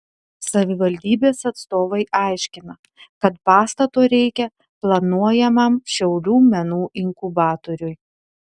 savivaldybės atstovai aiškina kad pastato reikia planuojamam šiaulių menų inkubatoriui